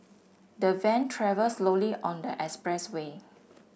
the van travelled slowly on the expressway